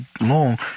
long